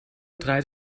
draait